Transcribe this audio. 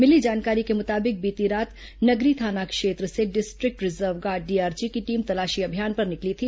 मिली जानकारी के मुताबिक बीती रात नगरी थाना क्षेत्र से डिस्ट्रिक्ट रिजर्व गार्ड डीआरजी की टीम तलाशी अभियान पर निकली थी